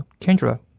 Kendra